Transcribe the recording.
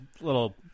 little